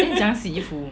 then 你怎样洗衣服